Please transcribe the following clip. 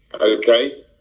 okay